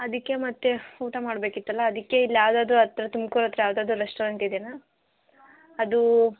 ಅದಕ್ಕೆ ಮತ್ತು ಊಟ ಮಾಡಬೇಕಿತ್ತಲ್ಲ ಅದಕ್ಕೆ ಇಲ್ಲಿ ಯಾವುದಾದ್ರೂ ಹತ್ತಿರ ತುಮಕೂರು ಹತ್ತಿರ ಯಾವುದಾದರೂ ರೆಸ್ಟೋರೆಂಟ್ ಇದೆಯಾ ಅದು